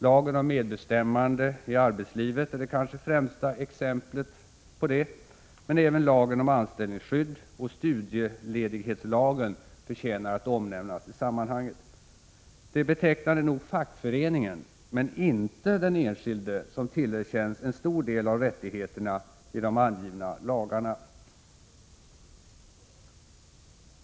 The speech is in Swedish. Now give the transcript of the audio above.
Lagen om medbestämmande i arbetslivet är det kanske främsta exemplet härpå, men även lagen om anställningsskydd och studieledighetslagen förtjänar att omnämnas i sammanhanget. Det är betecknande nog fackföreningen men inte den enskilde som tillerkänns en stor del av rättigheterna i de angivna lagarna.